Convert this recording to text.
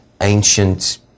ancient